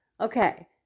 Okay